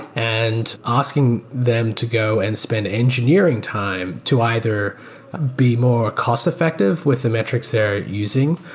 and asking them to go and spend engineering time to either be more cost-effective with the metrics they're using,